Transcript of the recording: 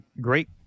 great